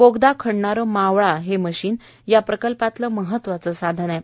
बोगदा खणणारं मावळा हे मशीन या प्रकल्पातलं महत्वाचं साधन आहे